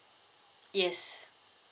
yes